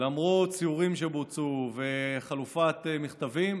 למרות סיורים שבוצעו וחלופת מכתבים,